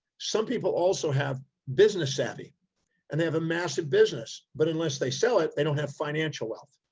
some people also have business savvy and they have a massive business, but unless they sell it, they don't have financial wealth.